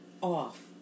off